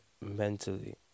mentally